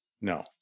no